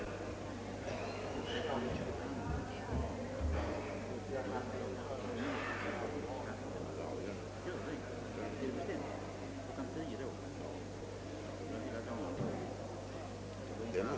Djuren har härigenom inte kunnat förse sig med tillräcklig föda.